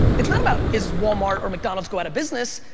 it's not about is walmart or mcdonald's go out of business,